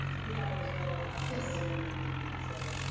we have a real winner in that way. so,